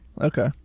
Okay